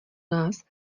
nás